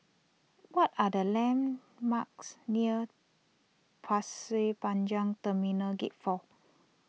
what are the landmarks near Pasir Panjang Terminal Gate four